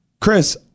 Chris